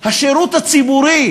השירות הציבורי